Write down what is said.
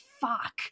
Fuck